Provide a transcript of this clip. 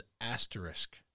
Asterisk